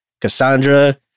Cassandra